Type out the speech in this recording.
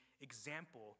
example